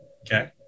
okay